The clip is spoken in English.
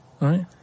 right